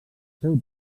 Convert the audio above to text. seu